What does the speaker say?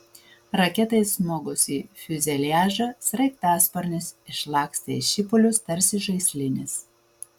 raketai smogus į fiuzeliažą sraigtasparnis išlakstė į šipulius tarsi žaislinis